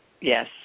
Yes